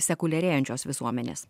sekuliarėjančios visuomenės